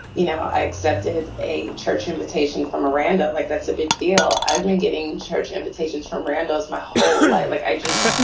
you know i accepted a church invitation from. like, that's a big deal. i've been getting church invitations from randos my whole life like i